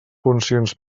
funcions